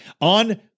on